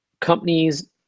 companies